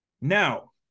Now